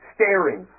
staring